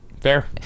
fair